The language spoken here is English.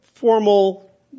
formal